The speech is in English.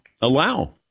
allow